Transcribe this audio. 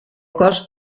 cost